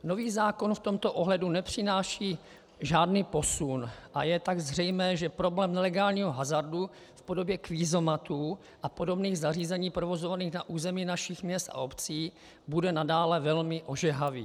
Nový zákon v tomto ohledu nepřináší žádný posun a je tak zřejmé, že problém nelegálního hazardu v podobě kvízomatů a podobných zařízení provozovaných na území našich měst a obcí bude nadále velmi ožehavý.